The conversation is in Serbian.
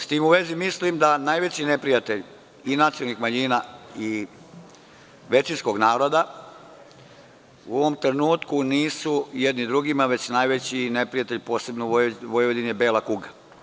S tim u vezi, mislim da najveći neprijatelji i nacionalnih manjina i većinskog naroda u ovom trenutku nisu jedni drugima, već najveći neprijatelj, posebno u Vojvodini, je bela kuga.